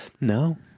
No